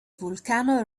volcano